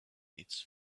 its